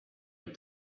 and